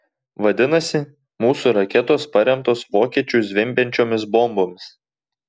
vadinasi mūsų raketos paremtos vokiečių zvimbiančiomis bombomis